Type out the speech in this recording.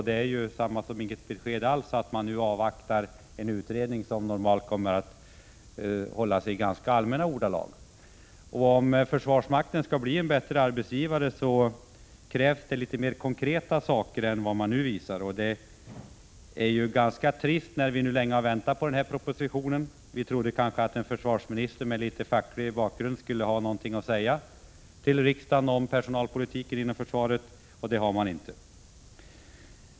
Det är egentligen detsamma som inget besked alls, när man nu avvaktar en utredning vars betänkande kommer att hållas i ganska allmänna ordalag. Om försvarsmakten skall bli en bättre arbetsgivare, krävs det litet mer konkreta ting än det som nu visas. Detta är ganska trist, när vi så länge väntat på denna proposition. Vi trodde kanske att en försvarsminister med facklig bakgrund skulle ha någonting att säga till riksdagen om personalpolitiken inom försvaret. Men det har han inte.